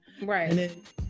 Right